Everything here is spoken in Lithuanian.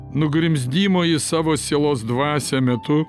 nugrimzdimo į savo sielos dvasią metu